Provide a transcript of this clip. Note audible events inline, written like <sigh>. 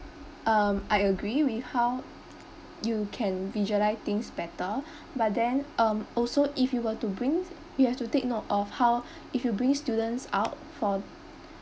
um I agree with how you can visualize things better <breath> but then um also if you were to bring you have to take note of how <breath> if you bring students out for